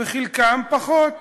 וחלקם פחות